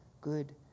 good